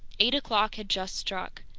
eight o'clock had just struck.